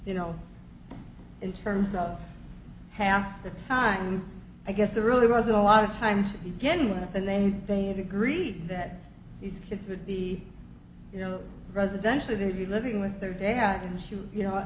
you know it's terms of half the time i guess there really wasn't a lot of time to begin with and then they had agreed that these kids would be you know residential or they'd be living with their dad in shoes you know